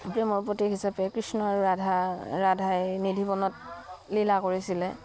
প্ৰেমৰ প্ৰতীক হিচাপে কৃষ্ণ আৰু ৰাধা ৰাধাই নিধিৱনত লীলা কৰিছিলে